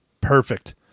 perfect